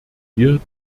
wir